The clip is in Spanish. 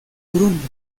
burundi